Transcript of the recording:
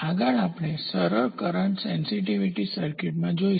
આગળ આપણે સરળ કરન્ટ સેન્સીટીવ સંવેદનશીલ સર્કિટ્સમાં જઈશું